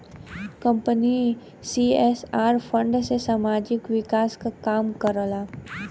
company CSR fund से सामाजिक विकास क काम करला